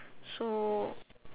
so